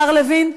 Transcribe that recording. השר לוין,